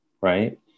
right